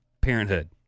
Parenthood